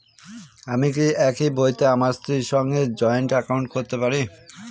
আমি কি একই বইতে আমার স্ত্রীর সঙ্গে জয়েন্ট একাউন্ট করতে পারি?